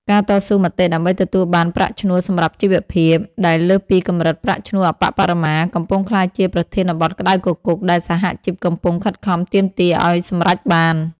ការតស៊ូមតិដើម្បីទទួលបាន "ប្រាក់ឈ្នួលសម្រាប់ជីវភាព" ដែលលើសពីកម្រិតប្រាក់ឈ្នួលអប្បបរមា កំពុងក្លាយជាប្រធានបទក្តៅគគុកដែលសហជីពកំពុងខិតខំទាមទារឱ្យសម្រេចបាន។